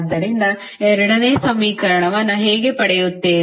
ಆದ್ದರಿಂದ ಎರಡನೇ ಸಮೀಕರಣವನ್ನು ಹೇಗೆ ಪಡೆಯುತ್ತೇವೆ